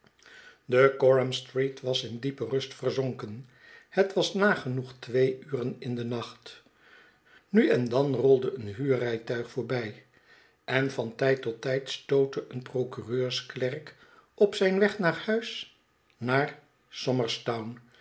de goramstraat was in diepe rust verzonken het was nagenoeg twee uren in den nacht nu en dan roide een huurrijtuig voorbij en van tijd tot tijd stootte een procureursklerk op zijn weg naar huis naar